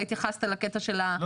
לא,